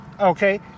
Okay